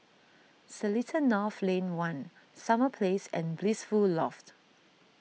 Seletar North Lane one Summer Place and Blissful Loft